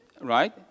right